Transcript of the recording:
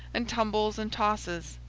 and tumbles and tosses,